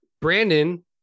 Brandon